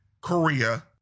korea